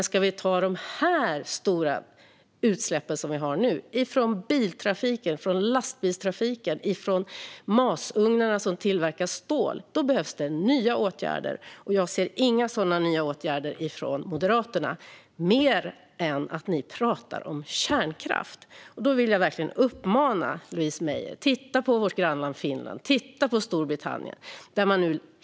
Ska vi minska de stora utsläpp som vi nu har från biltrafik, från lastbilstrafik och från masugnarna som tillverkar stål behövs nya åtgärder. Några nya åtgärder ser jag dock inte från Moderaterna, mer än att ni pratar om kärnkraft. Då vill jag verkligen uppmana Louise Meijer: Titta på vårt grannland Finland! Titta på Storbritannien!